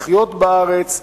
לחיות בארץ,